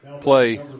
play